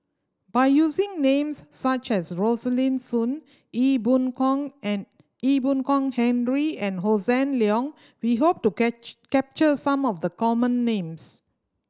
by using names such as Rosaline Soon Ee Boon Kong and Ee Boon Kong Henry and Hossan Leong we hope to capture some of the common names